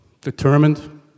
determined